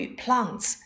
plants